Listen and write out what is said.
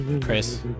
Chris